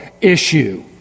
issue